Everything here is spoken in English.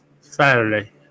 Saturday